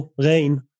rain